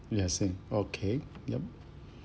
ya same okay yup